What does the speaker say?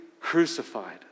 crucified